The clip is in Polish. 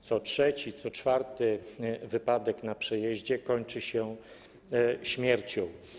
Co trzeci, co czwarty wypadek na przejeździe kończy się śmiercią.